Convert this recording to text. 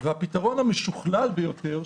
והפתרון המשוכלל ביותר,